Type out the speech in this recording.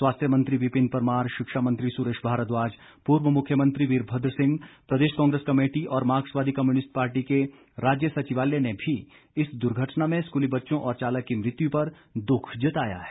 स्वास्थ्य मंत्री विपिन परमार शिक्षा मंत्री सुरेश भारद्वाज पूर्व मुख्यमंत्री वीरभद्र सिंह प्रदेश कांग्रेस कमेटी और मार्क्सवादी कम्युनिस्ट पार्टी के राज्य सचिवालय ने भी इस दुर्घटना में स्कूली बच्चों और चालक की मृत्यु पर दुख जताया है